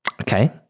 Okay